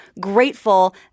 grateful